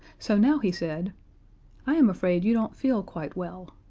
so now he said i am afraid you don't feel quite well.